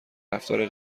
رفتار